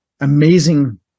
amazing